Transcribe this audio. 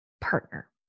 partner